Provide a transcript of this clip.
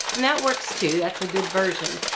and that works, too. that's a good version.